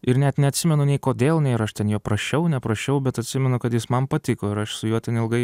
ir net neatsimenu nei kodėl nei aš jo ten prašiau neprašiau bet atsimenu kad jis man patiko ir aš su juo ten ilgai